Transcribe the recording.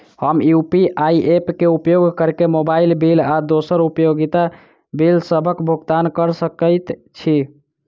हम UPI app क उपयोग करके मोबाइल बिल आ दोसर उपयोगिता बिलसबक भुगतान कर सकइत छि